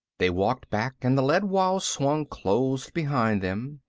they walked back and the lead wall swung closed behind them.